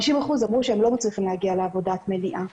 50 אחוזים אמרו שהם לא מצליחים להגיע לעבודת מניעה.